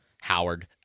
Howard